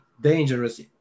dangerous